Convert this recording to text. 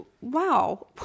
wow